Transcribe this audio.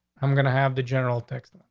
i'm gonna have the general text,